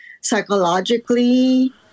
psychologically